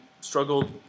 struggled